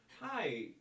Hi